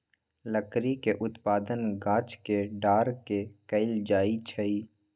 लकड़ी के उत्पादन गाछ के डार के कएल जाइ छइ